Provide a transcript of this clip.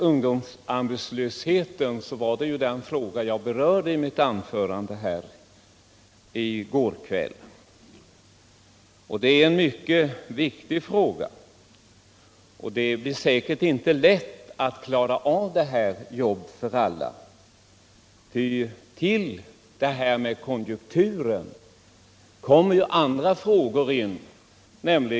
Ungdomsarbetslösheten, som jag berörde i mitt anförande här i går kväll, är en mycket viktig fråga. Det blir säkerligen inte lätt att klara målsättningen arbete åt alla. Utöver konjunktursvårigheterna kommer också andra frågor in.